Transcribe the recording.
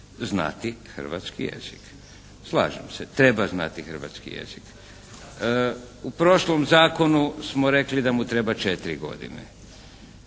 znati hrvatski jezik. Slažem se. Treba znati hrvatski jezik. U prošlom zakonu smo rekli da mu treba četiri godine.